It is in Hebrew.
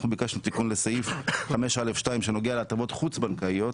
אנחנו ביקשנו תיקון לסעיף 5א2 שנוגע להתאמות חוץ בנקאיות